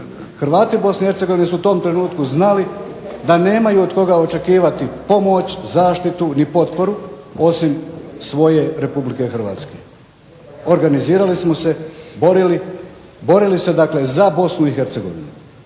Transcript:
Hrvati BiH su u tom trenutku znali da nemaju od koga očekivati zaštitu, pomoć i potporu osim svoje Republike Hrvatske. Organizirali smo se i borili se za Bosnu i Hercegovinu